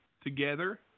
together